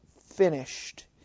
finished